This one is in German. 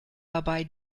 dabei